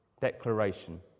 declaration